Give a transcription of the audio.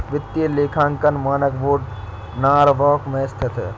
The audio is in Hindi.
वित्तीय लेखांकन मानक बोर्ड नॉरवॉक में स्थित है